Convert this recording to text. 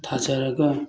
ꯊꯥꯖꯔꯒ